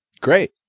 Great